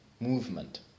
movement